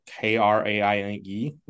K-R-A-I-N-E